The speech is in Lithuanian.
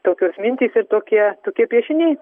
tokios mintys ir tokie tokie piešiniai